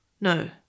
No